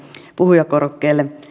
puhujakorokkeelle